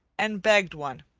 and begged one.